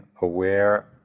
aware